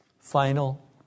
Final